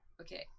Okay